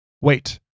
Wait